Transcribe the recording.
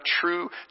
true